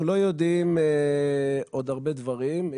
אנחנו לא יודעים עוד הרבה דברים.